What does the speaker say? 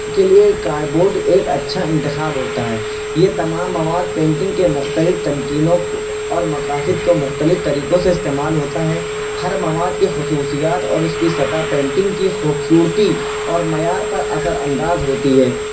کے لیے cardboard ایک اچھا انتخاب ہوتا ہے یہ تمام مواد پینٹنگ کے مختلف تکنیکوں اور مقاصد کو مختلف طریقوں سے استعمال ہوتا ہے ہر مواد کی خصوصیات اور اس کی سطح پینٹنگ کی خوبصورتی اور معیار پر اثر انداز ہوتی ہے